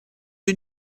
you